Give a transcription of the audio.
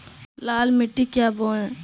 लाल मिट्टी क्या बोए?